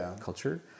culture